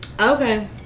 Okay